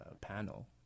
panel